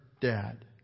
dad